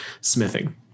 smithing